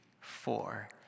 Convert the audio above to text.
four